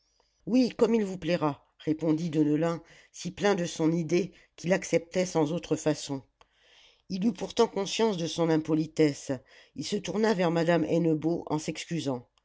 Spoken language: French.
oui comme il vous plaira répondit deneulin si plein de son idée qu'il acceptait sans autres façons il eut pourtant conscience de son impolitesse il se tourna vers madame hennebeau en s'excusant